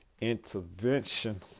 intervention